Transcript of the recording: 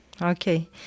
Okay